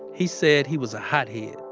he said he was a hothead